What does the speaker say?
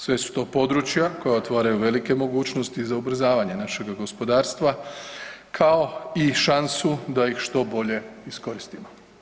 Sve su to područja koja otvaraju velike mogućnosti za ubrzavanje našega gospodarstva, kao i šansu da ih što bolje iskoristimo.